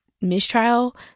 mistrial